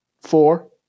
Four